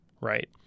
Right